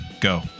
Go